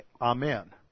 Amen